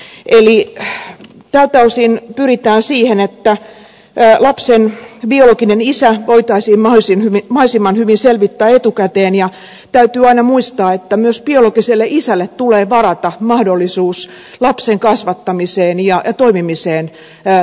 eli tältä osin pyritään siihen että lapsen biologinen isä voitaisiin mahdollisimman hyvin selvittää etukäteen ja täytyy aina muistaa että myös biologiselle isälle tulee varata mahdollisuus lapsen kasvattamiseen ja toimimiseen isänä